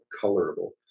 colorable